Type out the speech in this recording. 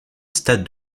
stade